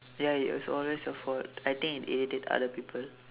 ya it is always your fault I think it irritate other people